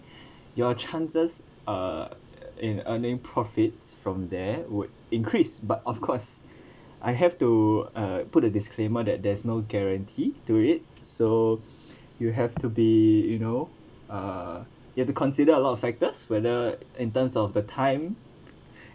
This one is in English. your chances err in earning profits from there would increase but of course I have to uh put a disclaimer that there's no guarantee to it so you have to be you know uh you have to consider a lot of factors whether in terms of the time